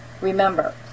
remember